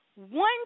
One